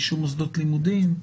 רישום מוסדות לימודים?